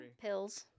Pills